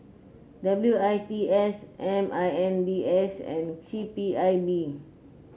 W I T S M I N D S and C P I B